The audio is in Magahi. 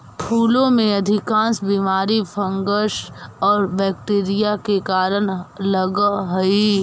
फूलों में अधिकांश बीमारी फंगस और बैक्टीरिया के कारण लगअ हई